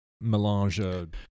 melange